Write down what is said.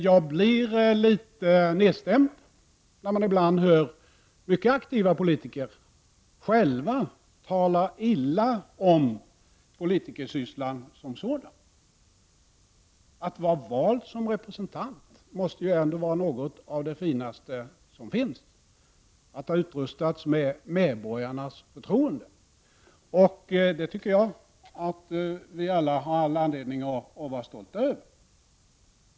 Jag blir litet nedstämd när jag ibland hör mycket aktiva politiker själva tala illa om politikersysslan som sådan. Att vara vald som representant, att ha utrustats med medborgarnas förtroende, måste ändå vara något av det finaste som finns. Jag tycker att vi alla har all anledning att vara stolta över det.